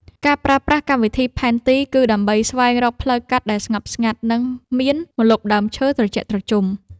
ការប្រើប្រាស់កម្មវិធីផែនទី គឺដើម្បីស្វែងរកផ្លូវកាត់ដែលស្ងប់ស្ងាត់ និងមានម្លប់ដើមឈើត្រជាក់ត្រជុំ។